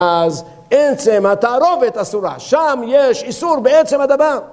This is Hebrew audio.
אז עצם התערובת אסורה, שם יש איסור בעצם הדבר